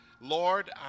Lord